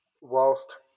Whilst